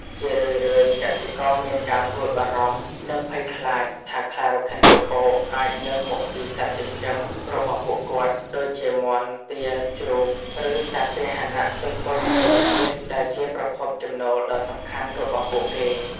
ជារឿយៗ កសិករមានការព្រួយបារម្ភ និងភ័យខ្លាចថា ខ្លារខិនពពកអាចនឹង មកស៊ីសត្វចិញ្ចឹម របស់ពួកគាត់ ដូចជាមាន់ ទា ជ្រូក ឬសត្វពាហនៈតូចៗផ្សេងទៀត ដែលជាប្រភពចំណូលដ៏សំខាន់របស់ពួកគេ។